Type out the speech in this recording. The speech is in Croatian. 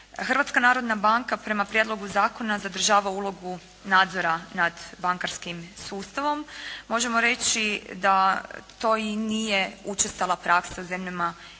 Hrvatska narodna banka prema prijedlogu zakona zadržava ulogu nadzora nad bankarskim sustavom. Možemo reći da to i nije učestala praksa u zemljama Europske